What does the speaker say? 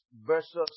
versus